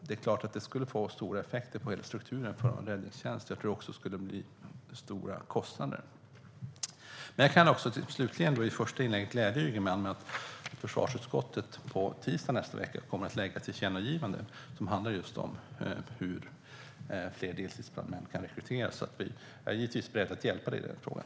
Det är klart att det skulle få stora effekter på hela strukturen för räddningstjänsten. Jag tror också att det skulle bli stora kostnader. Men jag kan slutligen i mitt första inlägg glädja Ygeman med att försvarsutskottet på tisdag i nästa vecka kommer att lägga fram ett tillkännagivande som handlar just om hur fler deltidsbrandmän kan rekryteras. Jag är givetvis beredd att hjälpa dig i den frågan.